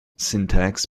syntax